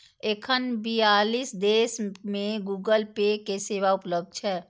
एखन बियालीस देश मे गूगल पे के सेवा उपलब्ध छै